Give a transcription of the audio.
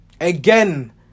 Again